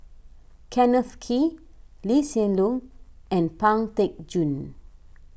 Kenneth Kee Lee Hsien Loong and Pang Teck Joon